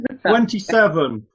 Twenty-seven